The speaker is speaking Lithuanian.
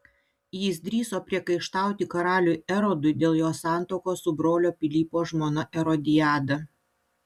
jis drįso priekaištauti karaliui erodui dėl jo santuokos su brolio pilypo žmona erodiada